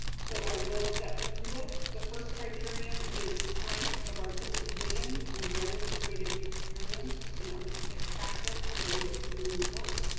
so i will step through this. the first criterion is strength of artistic vision and demonstrated experience in artistic practice related to the new work.